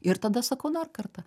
ir tada sakau dar kartą